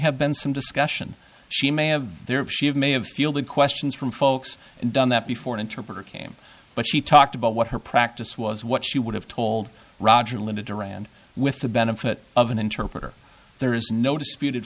have been some discussion she may have there she had may have fielded questions from folks and done that before an interpreter came but she talked about what her practice was what she would have told roger linda duran with the benefit of an interpreter there is no disputed